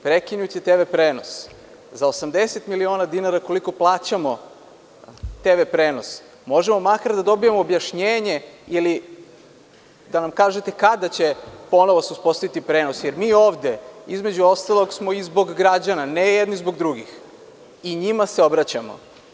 Prekinuće TV prenos, za 80 miliona dinara koliko plaćamo TV prenosa, možemo makar da dobijemo objašnjenje ili da nam kažete kada će se ponovo uspostaviti prenos, jer mi ovde, između ostalog, smo i zbog građana, ne jedni zbog drugih i njima se obraćamo.